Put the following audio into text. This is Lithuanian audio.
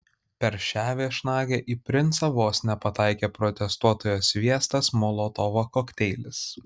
per šią viešnagę į princą vos nepataikė protestuotojo sviestas molotovo kokteilis